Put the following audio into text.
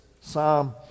Psalm